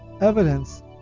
evidence